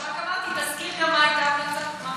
לא הצדקתי את מח"ש,